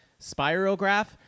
Spirograph